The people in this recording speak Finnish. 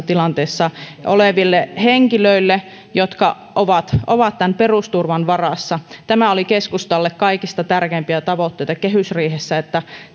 tilanteessa oleville henkilöille jotka ovat ovat tämän perusturvan varassa tämä oli keskustalle kaikista tärkeimpiä tavoitteita kehysriihessä että